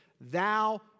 Thou